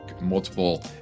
multiple